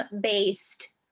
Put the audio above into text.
based